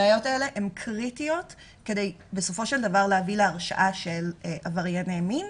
הראיות האלה הן קריטיות כדי בסופו של דבר להביא להרשעה של עברייני מין.